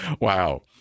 Wow